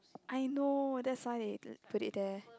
I know that's why they put it there